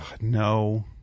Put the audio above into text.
no